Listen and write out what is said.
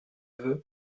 veut